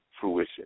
fruition